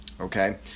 okay